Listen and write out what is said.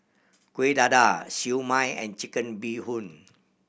Kuih Dadar Siew Mai and Chicken Bee Hoon